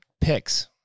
picks